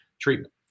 treatment